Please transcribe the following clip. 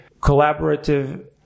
collaborative